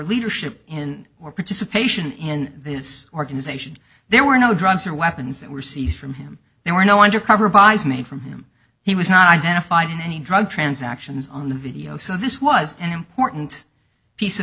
leadership in or participation in this organization there were no drugs or weapons that were seized from him there were no undercover buys made from him he was not identified in any drug transactions on the video so this was an important piece of